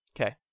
Okay